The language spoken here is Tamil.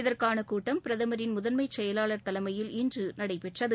இதற்கான கூட்டம் பிரதமரின் முதன்மை செயலாளர் தலைமையில் இன்று கூட்டம் நடைபெற்றது